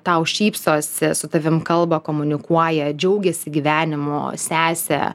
tau šypsosi su tavimi kalba komunikuoja džiaugiasi gyvenimu sese